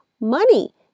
money